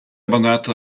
abbandonato